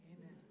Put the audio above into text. Amen